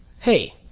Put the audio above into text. Hey